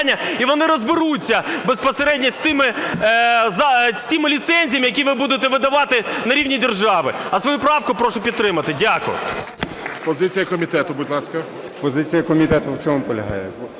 і вони розберуться безпосередньо з тими ліцензіями, які ви будете видавати на рівні держави. А свою правку прошу підтримати. Дякую.